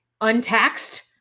untaxed